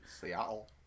Seattle